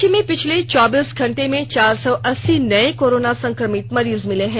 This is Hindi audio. राज्य में पिछले चौबीस घंटे में चार सौ अस्सी नये कोरोना संकमित मरीज मिले हैं